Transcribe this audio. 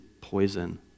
poison